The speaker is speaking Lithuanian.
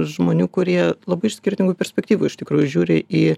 žmonių kurie labai iš skirtingų perspektyvų iš tikrųjų žiūri į